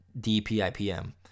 DPIPM